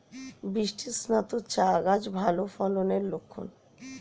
বৃষ্টিস্নাত চা গাছ ভালো ফলনের লক্ষন